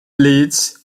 leeds